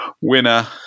Winner